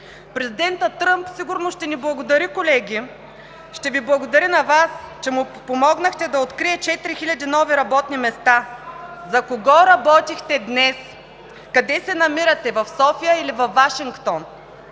Президентът Тръмп сигурно ще ни благодари, колеги, ще Ви благодари, че му помогнахте да открие четири хиляди нови работни места. За кого работихте днес? Къде се намирате – във Вашингтон